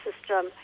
system